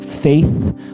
faith